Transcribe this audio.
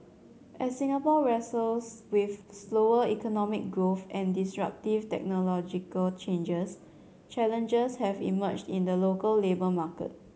as Singapore wrestles with slower economic growth and disruptive technological changes challenges have emerged in the local labour market